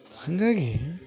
ಹಾಗಾಗಿ